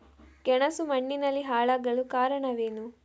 ಗೆಣಸು ಮಣ್ಣಿನಲ್ಲಿ ಹಾಳಾಗಲು ಕಾರಣವೇನು?